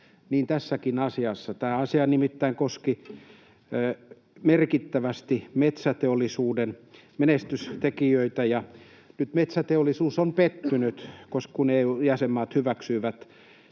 tässäkin asiassa, tämä asia nimittäin koski merkittävästi metsäteollisuuden menestystekijöitä, ja nyt metsäteollisuus on pettynyt, kun EU-jäsenmaat hyväksyivät